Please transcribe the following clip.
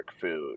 food